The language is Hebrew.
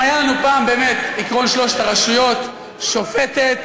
אם היה לנו פעם באמת עקרון שלוש הרשויות: שופטת,